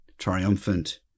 triumphant